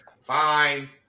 fine